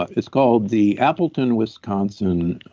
ah it's called the appleton wisconsin